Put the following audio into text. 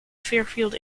fairfield